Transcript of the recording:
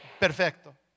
Perfecto